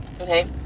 Okay